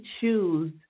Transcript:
choose